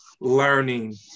learning